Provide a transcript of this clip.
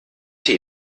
tee